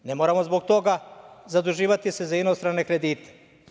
Ne moramo se zbog toga zaduživati za inostrane kredite.